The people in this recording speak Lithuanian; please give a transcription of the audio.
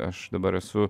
aš dabar esu